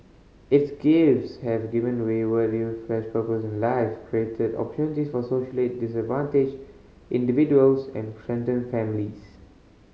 its gifts have given wayward youth fresh purpose in life created for socially disadvantaged individuals and strengthened families